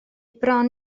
bron